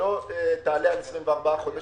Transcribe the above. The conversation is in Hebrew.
לא תעלה על 24 חודשים.